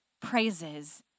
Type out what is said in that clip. praises